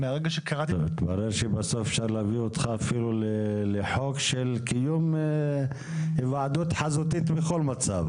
מתברר שבסוף אפשר להביא אותך לחוק של קיום היוועדות חזותית בכל מצב.